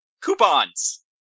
Coupons